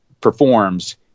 performs